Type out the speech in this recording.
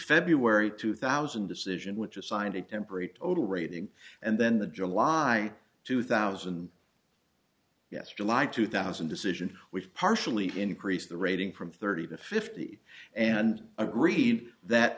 february two thousand decision which assigned a temporary total rating and then the july two thousand yes july two thousand decision we've partially increased the rating from thirty to fifty and agreed that